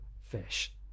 fish